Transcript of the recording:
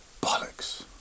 Bollocks